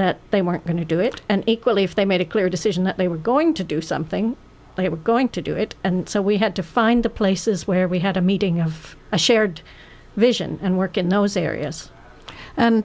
that they weren't going to do it and equally if they made a clear decision that they were going to do something they were going to do it and so we had to find the places where we had a meeting of a shared vision and work in those areas and